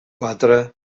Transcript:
quatre